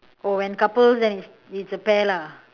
oh when couples then it's a pair lah